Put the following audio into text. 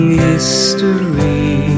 history